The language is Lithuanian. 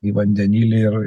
į vandenilį ir